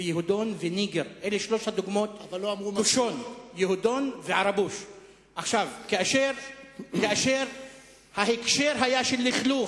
"יהודון" ו"ניגר" "כושון" כאשר ההקשר היה של לכלוך,